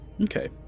Okay